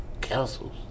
castles